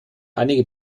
einige